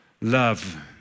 love